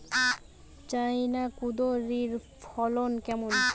China কুঁদরীর ফলন কেমন?